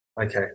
Okay